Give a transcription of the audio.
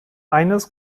eines